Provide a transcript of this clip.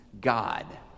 God